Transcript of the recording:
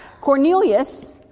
Cornelius